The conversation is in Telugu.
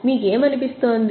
మీకు ఏమనిపిస్తోంది